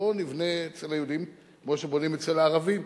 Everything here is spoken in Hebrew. בואו נבנה אצל היהודים כמו שבונים אצל הערבים.